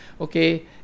okay